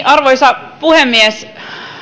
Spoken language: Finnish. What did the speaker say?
arvoisa puhemies